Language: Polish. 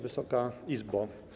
Wysoka Izbo!